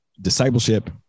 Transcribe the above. discipleship